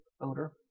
odor